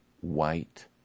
white